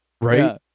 Right